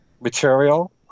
material